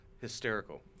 Hysterical